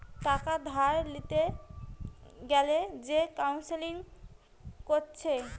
টাকা ধার লিতে গ্যালে যে কাউন্সেলিং কোরছে